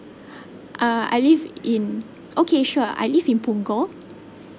uh I live in okay sure I live in punggol